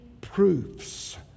proofs